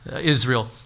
Israel